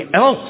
else